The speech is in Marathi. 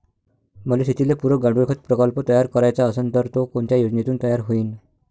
मले शेतीले पुरक गांडूळखत प्रकल्प तयार करायचा असन तर तो कोनच्या योजनेतून तयार होईन?